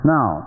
Now